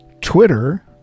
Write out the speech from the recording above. Twitter